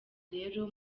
rero